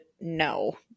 no